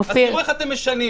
אז תראו איך אתם משנים,